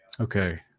Okay